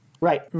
Right